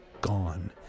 gone